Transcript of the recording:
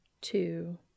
two